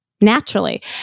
naturally